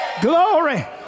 Glory